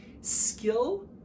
Skill